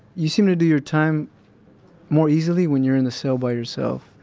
you seem to do your time more easily when you're in the cell by yourself.